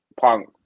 Punk